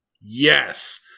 Yes